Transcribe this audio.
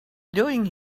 doing